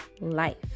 life